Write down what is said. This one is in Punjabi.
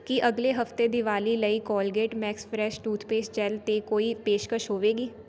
ਕੀ ਅਗਲੇ ਹਫਤੇ ਦੀਵਾਲੀ ਲਈ Colgate max fresh toothpaste gel 'ਤੇ ਕੋਈ ਪੇਸ਼ਕਸ਼ ਹੋਵੇਗੀ